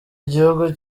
igihugu